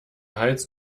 hals